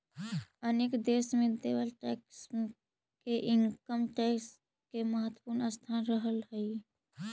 अनेक देश में देवल टैक्स मे के इनकम टैक्स के महत्वपूर्ण स्थान रहऽ हई